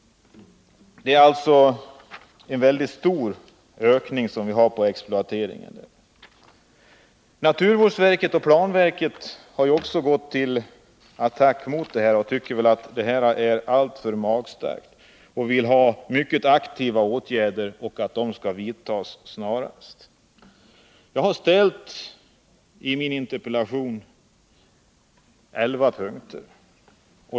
Det är alltså fråga om en väldigt stor ökning av exploateringen. Naturvårdsverket och planverket har också gått till attack mot denna exploatering, som de anser är alltför magstark, och vill att mycket aktiva åtgärder skall vidtas snarast. Jag har i min interpellation tagit upp elva punkter.